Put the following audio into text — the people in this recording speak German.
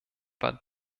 war